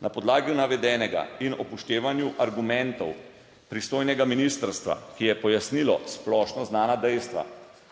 Na podlagi navedenega in upoštevanju argumentov pristojnega ministrstva, ki je pojasnilo splošno znana dejstva,